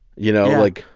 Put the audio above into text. you know, like.